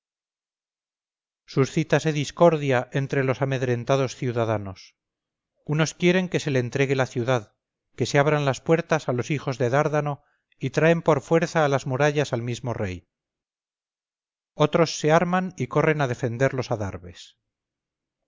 suscita se discordia entre los amedrentados ciudadanos unos quieren que se le entregue la ciudad que se abran las puertas a los hijos de dárdano y traen por fuerza a las murallas al mismo rey otros se arman y corren a defender los